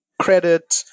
credit